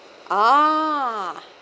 ah